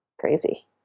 Crazy